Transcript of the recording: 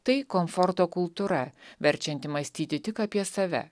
tai komforto kultūra verčianti mąstyti tik apie save